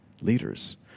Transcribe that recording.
leaders